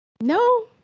No